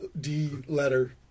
D-Letter